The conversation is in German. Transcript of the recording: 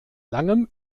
langem